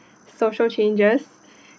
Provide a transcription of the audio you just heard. social changes